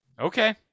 Okay